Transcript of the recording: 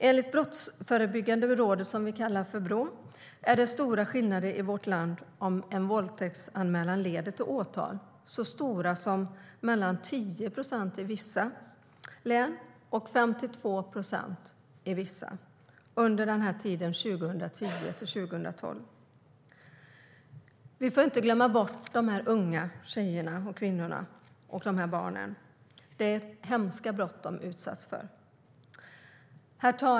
Enligt Brottsförebyggande rådet, som vi kallar för Brå, är det stora skillnader i vårt land när det gäller om en våldtäktsanmälan leder till åtal. Det är så stora skillnader som 10 procent i vissa län och 52 procent i andra län, för perioden 2010-2012. Vi får inte glömma bort dessa kvinnor, unga tjejer och barn. Det är hemska brott som de har utsatts för.